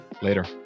Later